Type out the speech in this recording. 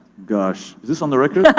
gosh. is this on the record? yeah